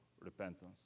repentance